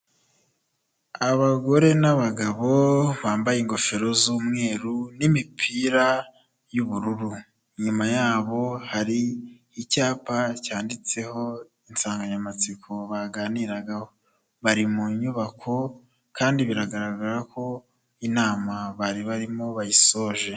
Abagore n'abagabo bambaye ingofero z'umweru n'imipira y'ubururu, inyuma yabo hari icyapa cyanditseho insanganyamatsiko baganiragaho. Bari mu nyubako kandi biragaragara ko inama bari barimo bayisoje.